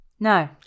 No